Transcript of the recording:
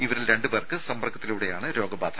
ഇവരിൽ രണ്ടുപേർക്ക് സമ്പർക്കത്തിലൂടെയാണ് രോഗബാധ